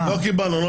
לא קיבלנו.